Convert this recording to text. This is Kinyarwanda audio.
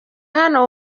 hano